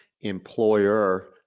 employer